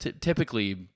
Typically